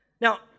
Now